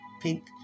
pink